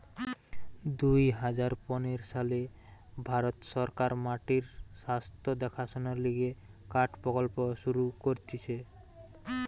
দুই হাজার পনের সালে ভারত সরকার মাটির স্বাস্থ্য দেখাশোনার লিগে কার্ড প্রকল্প শুরু করতিছে